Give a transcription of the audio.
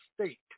state